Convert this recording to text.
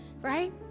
Right